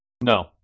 No